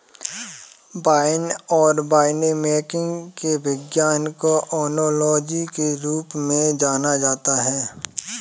wine और winemaking के विज्ञान को ओनोलॉजी के रूप में जाना जाता है